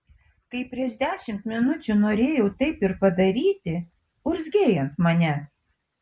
kai prieš dešimt minučių norėjau taip ir padaryti urzgei ant manęs